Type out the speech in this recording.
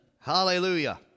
Hallelujah